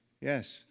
yes